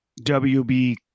WB